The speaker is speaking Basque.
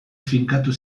finkatu